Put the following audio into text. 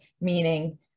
meaning